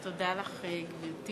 גברתי, תודה לך, חברי